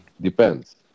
depends